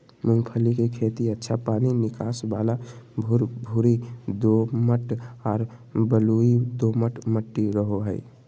मूंगफली के खेती अच्छा पानी निकास वाला भुरभुरी दोमट आर बलुई दोमट मट्टी रहो हइ